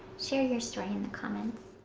share your story in the comments.